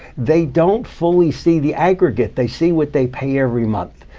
they don't fully see the aggregate, they see what they pay every month.